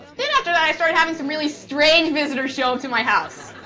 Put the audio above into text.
then after that i started having some really strange visitors show up to my house.